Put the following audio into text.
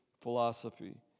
philosophy